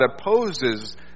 opposes